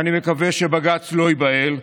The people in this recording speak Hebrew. ואני מקווה שבג"ץ לא ייבהל,